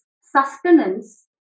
sustenance